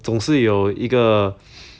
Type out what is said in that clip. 总是有一个